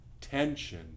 tension